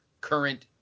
current